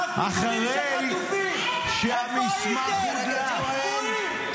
אחרי שהמסמך הודלף --- שרף מיקומים של חטופים.